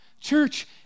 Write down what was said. Church